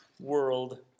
world